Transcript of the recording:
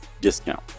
discount